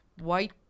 white